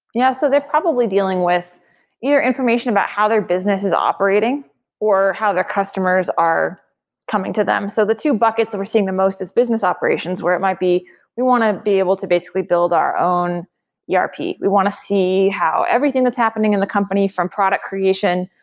yeah, so they're probably dealing with your information about how their business is operating or how their customers are coming to them. so the two buckets that we're seeing the most is business operations, where it might be we want to be able to basically build our own yeah erp. we want to see how everything that's happening in the company from product creation,